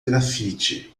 graffiti